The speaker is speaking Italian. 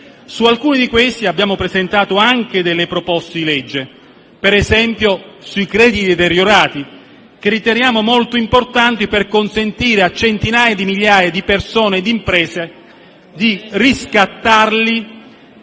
Su alcuni di questi abbiamo presentato anche dei disegni di legge, per esempio sui crediti deteriorati, che riteniamo molto importanti per consentire a centinaia di migliaia di persone e di imprese di riscattarli,